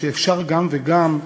שאפשר גם וגם.